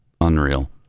unreal